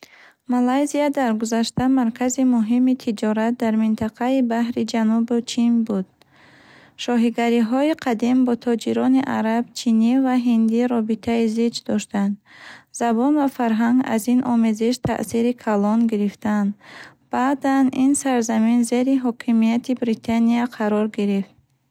Малайзия дар гузашта маркази муҳими тиҷорат дар минтақаи баҳри Ҷанубу Чин буд. Шоҳигариҳои қадим бо тоҷирони араб, чинӣ ва ҳиндӣ робитаи зич доштанд. Забон ва фарҳанг аз ин омезиш таъсири калон гирифтаанд. Баъдан, ин сарзамин зери ҳокимияти Бритония қарор гирифт.